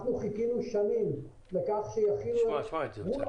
חיכינו שנים לכך שיחילו --- תשמע את זה, בצלאל.